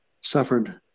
suffered